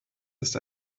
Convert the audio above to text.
ist